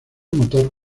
motor